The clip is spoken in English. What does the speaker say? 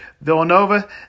Villanova